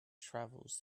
travels